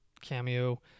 Cameo